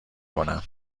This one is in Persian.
کنم